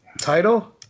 Title